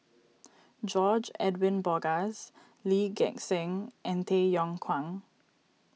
George Edwin Bogaars Lee Gek Seng and Tay Yong Kwang